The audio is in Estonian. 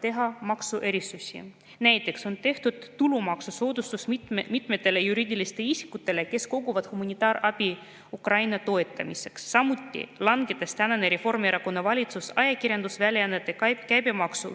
teha maksuerisusi. Näiteks on tehtud tulumaksusoodustus mitmetele juriidilistele isikutele, kes koguvad humanitaarabi Ukraina toetamiseks. Samuti langedes Reformierakonna valitsus ajakirjandusväljaannete käibemaksu